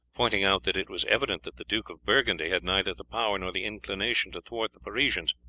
pointing out that it was evident that the duke of burgundy had neither the power nor the inclination to thwart the parisians,